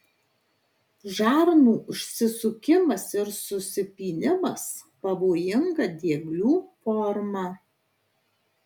žarnų užsisukimas ir susipynimas pavojinga dieglių forma